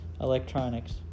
electronics